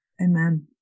Amen